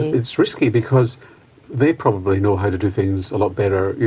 it's risky because they probably know how to do things a lot better,